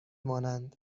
مانند